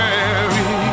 Mary